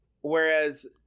whereas